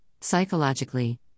psychologically